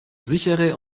sichere